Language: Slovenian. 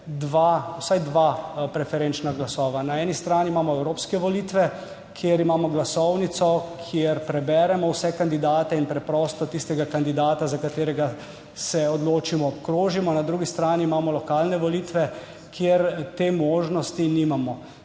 vsaj dva preferenčna glasova. Na eni strani imamo evropske volitve, kjer imamo glasovnico, kjer preberemo vse kandidate in preprosto tistega kandidata, za katerega se odločimo, obkrožimo. Na drugi strani imamo lokalne volitve, kjer te možnosti nimamo.